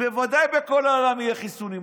בוודאי בכל העולם יהיו חיסונים,